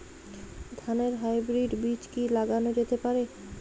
ধানের হাইব্রীড বীজ কি লাগানো যেতে পারে?